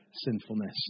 sinfulness